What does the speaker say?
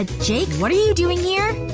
ah jake, what are you doing here?